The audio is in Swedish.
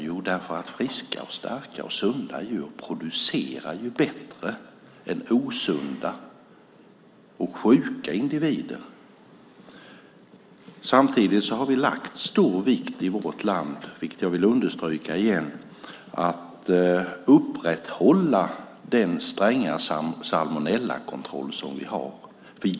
Jo, därför att friska, starka och sunda djur producerar bättre än osunda och sjuka individer. Samtidigt vill jag återigen understryka att vi i vårt land har lagt stor vikt vid att upprätthålla den stränga salmonellakontroll som vi har.